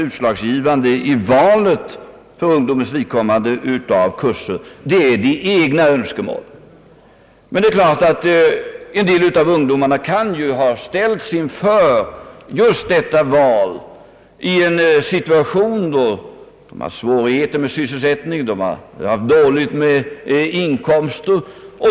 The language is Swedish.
Utslagsgivande i valet av kurser är för ungdomens vidkommande de egna önskemålen. En del av ungdomarna kan ha ställts inför detta val i en situation, då de har svårigheter med sysselsättning och dåligt med inkomster.